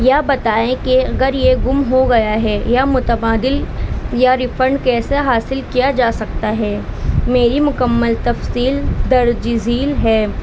یا بتائیں کہ اگر یہ گم ہو گیا ہے یا متبادل یا ریفنڈ کیسے حاصل کیا جا سکتا ہے میری مکمل تفصیل درج ذیل ہے